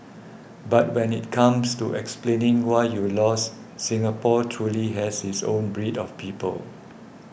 but when it comes to explaining why you lost Singapore truly has its own breed of people